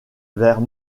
vers